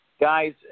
Guys